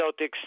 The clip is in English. Celtics